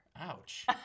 Ouch